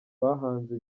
bahanze